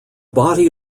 body